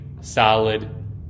solid